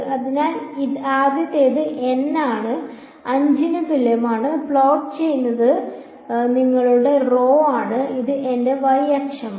അതിനാൽ ആദ്യത്തേത് N ആണ് 5 ന് തുല്യമാണ് പ്ലോട്ട് ചെയ്യുന്നത് നിങ്ങളുടെ rho ആണ് ഇത് എന്റെ y അക്ഷമാണ്